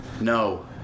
No